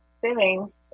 feelings